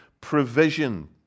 provision